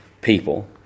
people